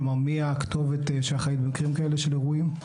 כלומר מי הכתובת שאחראית במקרים כאלה של אירועים?